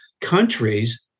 countries